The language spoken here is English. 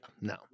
No